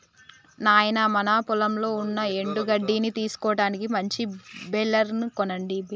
నాయినా మన పొలంలో ఉన్న ఎండు గడ్డిని తీసుటానికి మంచి బెలర్ ని కొనండి